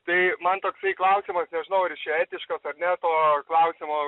tai man toksai klausimas nežinau ar jis čia etiškas ar ne to klausimo